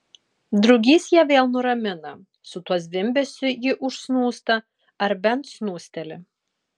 drugys ją vėl nuramina su tuo zvimbesiu ji užsnūsta ar bent snūsteli